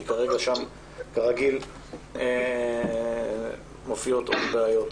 כי כרגע שם כרגיל מופיעות הבעיות.